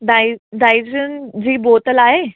die Digene जी बोतल आहे